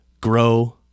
grow